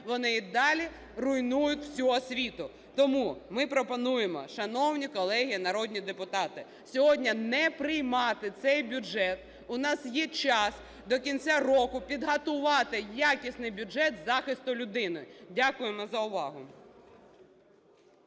вони і далі руйнують всю освіту. Тому ми пропонуємо, шановні колеги народні депутати, сьогодні не приймати цей бюджет. У нас є час до кінця року підготувати якісний бюджет захисту людини. Дякуємо за увагу.